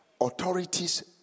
Authorities